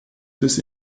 bis